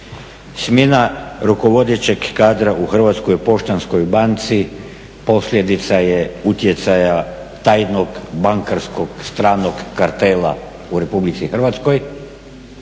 smjena rukovodećeg kadra u Hrvatskoj poštanskoj banci posljedica je utjecaja tajnog bankarskog stranog kartela u Republici Hrvatskoj